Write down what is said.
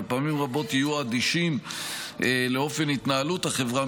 ופעמים רבות הם יהיו אדישים לאופן התנהלות החברה,